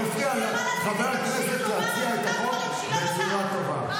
זה מפריע לחבר הכנסת להציע את החוק בצורה טובה,